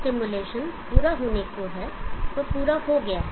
simulation पूरा होने को है वह पूरा हो गया है